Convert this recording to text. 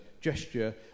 gesture